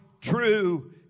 true